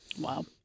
Wow